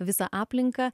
visą aplinką